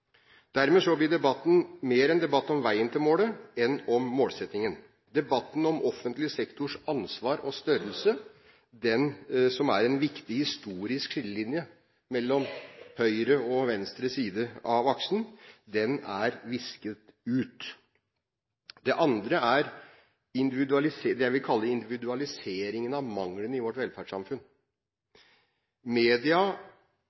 Dermed blir debatten mer en debatt om veien til målet enn om målsettingen. Debatten om offentlig sektors ansvar og størrelse, som er en viktig historisk skillelinje mellom høyre og venstre side av aksen, er visket ut. Den andre trenden er det jeg vil kalle individualiseringen av manglene i vårt